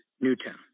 Newtown